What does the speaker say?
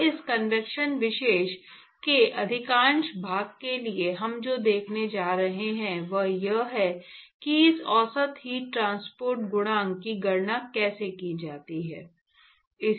और इस कन्वेक्शन विषय के अधिकांश भाग के लिए हम जो देखने जा रहे हैं वह यह है कि इस औसत हीट ट्रांसपोर्ट गुणांक की गणना कैसे की जाती है